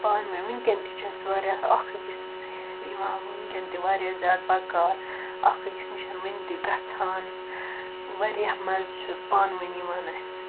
پانہٕ وٲنۍ وُنٛکیٚن تہِ چھِ اسہِ واریاہ اَکھ أکِس یِوان وُنٛکیٚن تہِ واریاہ زیادٕ بَکار اَکھ أکِس نِش وُنہِ تہِ گَژھان واریاہ مَزٕ چھُ پانہٕ وٲنۍ یِوان اسہِ